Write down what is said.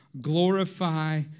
glorify